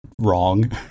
wrong